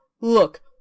Look